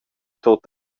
tut